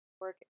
Work